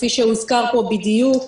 כפי שהוזכר פה בדיוק.